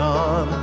on